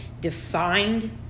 defined